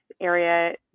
area